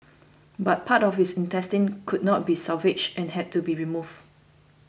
but part of his intestines could not be salvaged and had to be removed